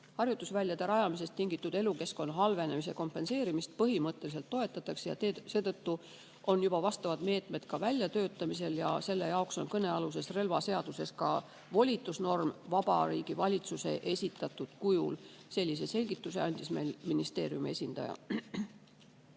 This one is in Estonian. Harjutusvälja rajamisest tingitud elukeskkonna halvenemise kompenseerimist põhimõtteliselt toetatakse ja seetõttu on juba vastavad meetmed ka väljatöötamisel. Selle jaoks on kõnealuses relvaseaduses ka volitusnorm Vabariigi Valitsuse esitatud kujul. Sellise selgituse andis meile ministeeriumi esindaja.